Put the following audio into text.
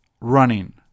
running